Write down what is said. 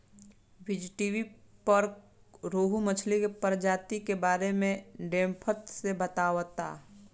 बीज़टीवी पर रोहु मछली के प्रजाति के बारे में डेप्थ से बतावता